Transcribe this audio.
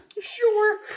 Sure